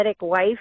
wife